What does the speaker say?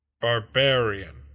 Barbarian